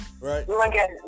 Right